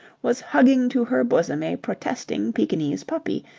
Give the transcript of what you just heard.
was hugging to her bosom a protesting pekingese puppy,